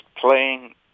playing